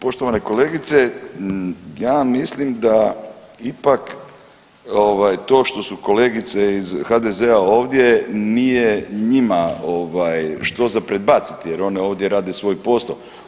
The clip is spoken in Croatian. Poštovana kolegice, ja mislim da ipak to što su kolegice iz HDZ-a ovdje nije njima što za predbaciti jer one ovdje rade svoj posao.